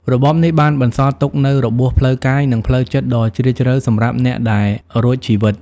របបនេះបានបន្សល់ទុកនូវរបួសផ្លូវកាយ និងផ្លូវចិត្តដ៏ជ្រាលជ្រៅសម្រាប់អ្នកដែលរួចជីវិត។